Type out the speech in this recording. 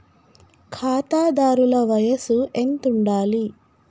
ఖాతాదారుల వయసు ఎంతుండాలి?